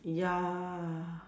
ya